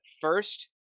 First